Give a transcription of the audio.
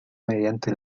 mediante